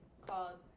called